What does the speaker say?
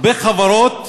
בהרבה חברות